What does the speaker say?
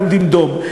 אנחנו עומדים דום,